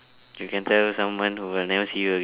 you can tell someone who will never see you again